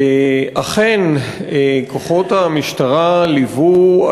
אכן כוחות המשטרה ליוו,